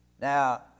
Now